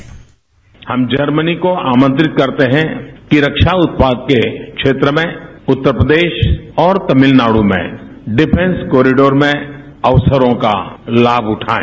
bite हम Germany को आमंत्रित करते है कि रक्षा उत्पाद के क्षेत्र में उत्तर प्रदेश और तमिलनाडु में डिफेंस कॉरिडोर में अवसरों का लाभ उठाएं